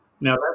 Now